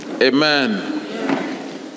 Amen